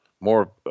more